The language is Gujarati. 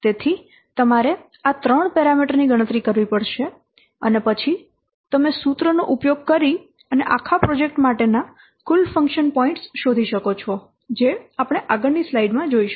તેથી તમારે આ ત્રણ પેરામીટર્સ ની ગણતરી કરવી પડશે અને પછી તમે સૂત્રનો ઉપયોગ કરીને આખા પ્રોજેક્ટ માટેના કુલ ફંક્શન પોઇન્ટ્સ શોધી શકો છો જે આપણે આગળની સ્લાઈડમાં જોશું